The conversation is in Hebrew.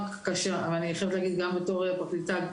ואני חייבת להגיד גם בתור פרקליטה,